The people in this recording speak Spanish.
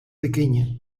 pequeña